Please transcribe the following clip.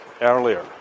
earlier